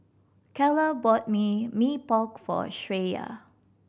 Calla bought Mee Pok for Shreya